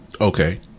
Okay